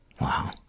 wow